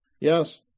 yes